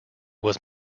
was